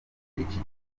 iki